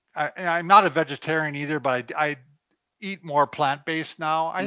and i'm not a vegetarian either, but i eat more plant-based now. and